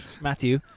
Matthew